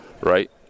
Right